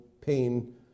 pain